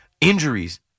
injuries